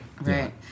right